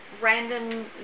random